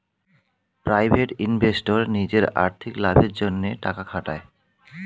private investor নিজের আর্থিক লাভের জন্যে টাকা খাটায়